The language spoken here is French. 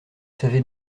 savez